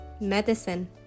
Medicine